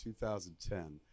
2010